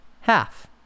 half